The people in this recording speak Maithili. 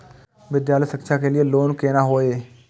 विद्यालय शिक्षा के लिय लोन केना होय ये?